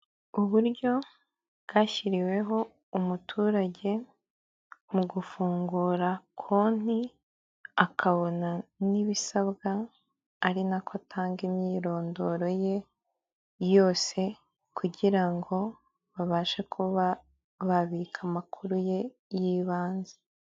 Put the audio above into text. Uburyo bwashyiriweho umuturage mu gufungura konti, akabona n'ibisabwa, ari na ko atanga imyirondoro ye yose, kugira ngo babashe kuba babika amakuru ye yibanze.